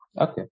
Okay